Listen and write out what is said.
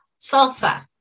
Salsa